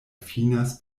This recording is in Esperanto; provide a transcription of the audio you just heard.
finas